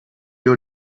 you